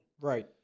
Right